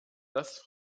dass